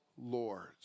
lords